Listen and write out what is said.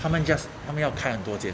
他们 just 他们要看多间